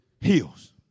heals